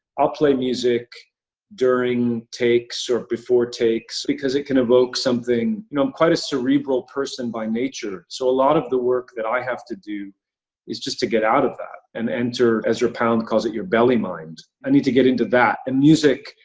i'll play music during takes or before takes, because it can evoke something you know quite a cerebral person by nature, so a lot of the work that i have to do is just to get out of that, and enter, ezra pound calls it, your belly mind. i need to get into that. and music,